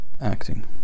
acting